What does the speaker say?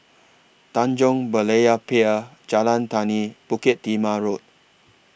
Tanjong Berlayer Pier Jalan Tani Bukit Timah Road